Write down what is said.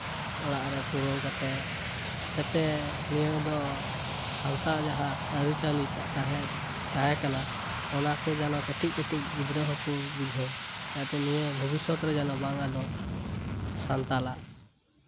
ᱚᱲᱟᱜ ᱨᱮ ᱯᱩᱨᱟᱹᱣ ᱠᱟᱛᱮᱫ ᱡᱟᱛᱮ ᱱᱤᱭᱟᱹ ᱫᱚ ᱥᱟᱱᱛᱟᱲ ᱡᱟᱦᱟᱸ ᱟᱹᱨᱤᱪᱟᱹᱞᱤ ᱛᱟᱦᱮᱸ ᱛᱟᱦᱮᱸ ᱠᱟᱱᱟ ᱚᱱᱟ ᱠᱚ ᱡᱮᱱᱚ ᱠᱟᱹᱴᱤᱡ ᱠᱟᱹᱴᱤᱡ ᱜᱤᱫᱽᱨᱟᱹ ᱦᱚᱸᱠᱚ ᱵᱩᱡᱷᱟᱹᱣ ᱡᱟᱛᱮ ᱱᱤᱭᱟᱹ ᱵᱷᱚᱵᱤᱥᱚᱛ ᱨᱮ ᱡᱮᱱᱚ ᱵᱟᱝ ᱟᱫᱚᱜ ᱥᱟᱱᱛᱟᱲᱟᱜ